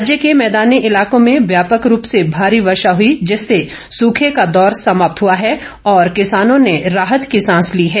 राज्य के मैदानी इलाकों में व्यापक रूप से भारी वर्शा हई जिससे सुखे का दौर समाप्त हुआ है किसानों ने राहत की सांस ली है